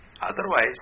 Otherwise